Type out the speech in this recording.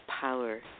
power